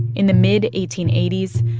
in the mid eighteen eighty s,